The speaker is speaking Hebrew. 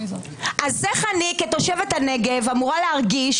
אז איך אני כתושבת הנגב אמורה להרגיש